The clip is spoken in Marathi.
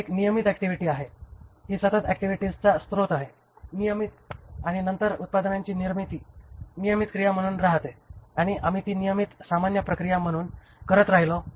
ही एक नियमित ऍक्टिव्हिटी आहे हा सतत ऍक्टिव्हिटीजचा स्रोत आहे नियमित आणि नंतर उत्पादनांची निर्मिती नियमित क्रिया म्हणून रहाते आणि आम्ही ती नियमित सामान्य प्रक्रिया म्हणून करत राहिलो